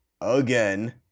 again